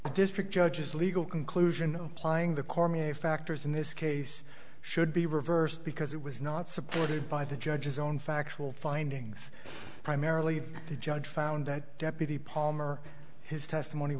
district judge is legal conclusion plying the cormier factors in this case should be reversed because it was not supported by the judge's own factual findings primarily the judge found that deputy palmer his testimony